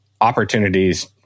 Opportunities